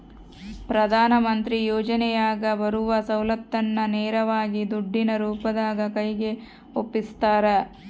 ಪ್ರಧಾನ ಮಂತ್ರಿ ಯೋಜನೆಯಾಗ ಬರುವ ಸೌಲತ್ತನ್ನ ನೇರವಾಗಿ ದುಡ್ಡಿನ ರೂಪದಾಗ ಕೈಗೆ ಒಪ್ಪಿಸ್ತಾರ?